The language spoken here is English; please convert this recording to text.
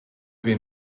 been